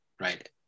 right